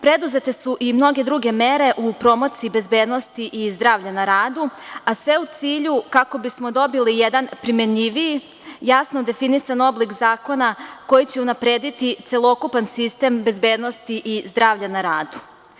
Preduzete su i mnoge druge mere u promociji bezbednosti i zdravlja na radu, a sve u cilju kako bismo dobili jedan primenjiviji, jasno definisan oblik zakona koji će unaprediti celokupan sistem bezbednosti i zdravlja na radu.